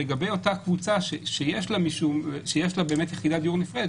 לגבי אותה קבוצה שיש לה יחידת דיור נפרדת,